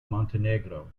montenegro